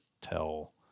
tell